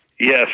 Yes